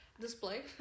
display